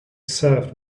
served